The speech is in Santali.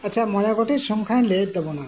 ᱟᱪᱪᱷᱟ ᱢᱚᱬᱮ ᱜᱚᱴᱮᱡ ᱥᱚᱝᱠᱷᱟᱹᱧ ᱞᱟᱹᱭᱮᱫ ᱛᱟᱵᱚᱱᱟ